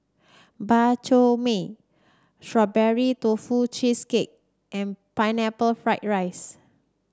Bak Chor Mee Strawberry Tofu Cheesecake and Pineapple Fried Rice